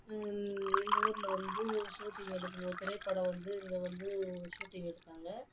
எங்கள் ஊரில் வந்து ஷூட்டிங் எடுக்கும்போது திரைப்படம் வந்து இங்கே வந்து ஷூட்டிங் எடுத்தாங்க